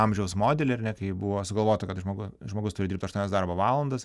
amžiaus modelį ar ne kai buvo sugalvota kad žmogu žmogus turi dirbt aštuonias darbo valandas